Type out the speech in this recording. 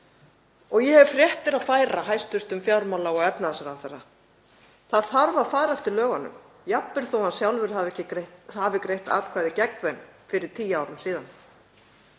Og ég hef fréttir að færa hæstv. fjármála- og efnahagsráðherra: Það þarf að fara eftir lögunum jafnvel þó að hann sjálfur hafi greitt atkvæði gegn þeim fyrir tíu árum síðan.